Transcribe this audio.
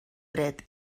dret